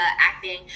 acting